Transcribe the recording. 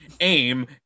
aim